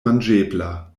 manĝebla